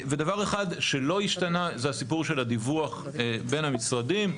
ודבר אחד שלא השתנה זה הסיפור של הדיווח בין המשרדים.